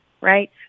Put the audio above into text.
right